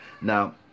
Now